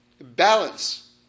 balance